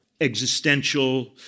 existential